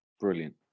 Brilliant